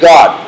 God